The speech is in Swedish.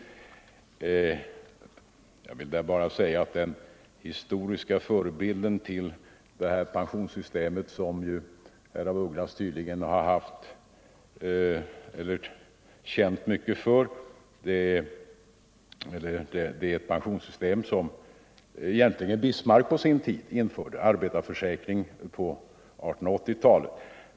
Jag vill bara säga att den historiska förebilden till detta pensionssystem, som herr af Ugglas tydligen känt mycket för, var det pensionssystem — den s.k. arbetarförsäkringen — som infördes av Bismarck på 1880-talet.